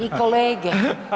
I kolege.